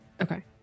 Okay